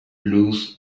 lose